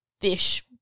fish